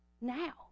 now